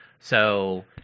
So-